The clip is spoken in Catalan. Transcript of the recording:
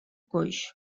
coix